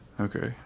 Okay